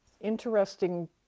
interesting